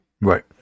right